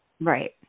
Right